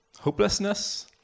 Hopelessness